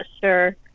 sure